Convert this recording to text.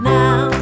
now